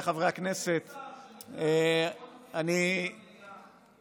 חבר הכנסת פורר, שלוש דקות לרשותך.